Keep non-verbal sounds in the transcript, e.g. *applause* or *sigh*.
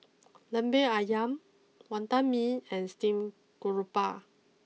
*noise* Lemper Ayam Wantan Mee and Steamed Garoupa